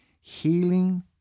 healing